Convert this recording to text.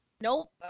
Nope